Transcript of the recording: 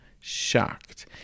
shocked